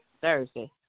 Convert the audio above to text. Thursday